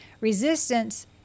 Resistance